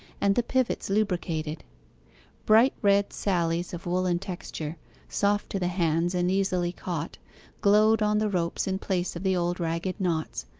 and the pivots lubricated bright red sallies of woollen texture soft to the hands and easily caught glowed on the ropes in place of the old ragged knots,